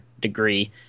degree